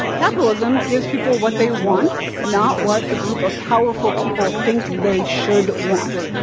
capitalism gives people what they want, not what a group of powerful people think they should want,